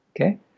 okay